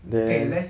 then